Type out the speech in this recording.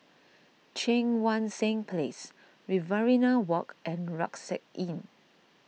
Cheang Wan Seng Place Riverina Walk and Rucksack Inn